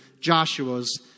Joshua's